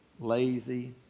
lazy